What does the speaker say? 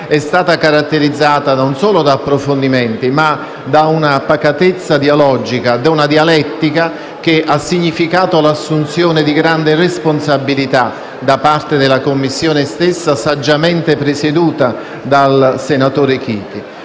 è stata caratterizzata non solo da approfondimento, ma da una pacatezza dialogica e da una dialettica che ha significato l'assunzione di grande responsabilità da parte della Commissione stessa, saggiamente presieduta dal senatore Chiti.